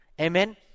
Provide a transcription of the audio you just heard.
Amen